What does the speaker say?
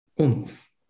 oomph